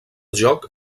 joc